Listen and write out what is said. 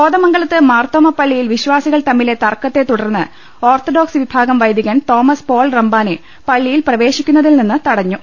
കോതമംഗലത്ത് മാർത്തോമ പള്ളിയിൽ വിശ്വാസികൾ തമ്മിലെ തർക്കത്തെ തുടർന്ന് ഓർത്തഡോക്സ് വിഭാഗം വൈദികൻ തോമസ് പോൾ റമ്പാനെ പള്ളിയിൽ പ്രവേശിക്കുന്നതിൽനിന്ന് തടഞ്ഞു